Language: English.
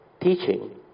teaching